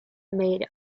made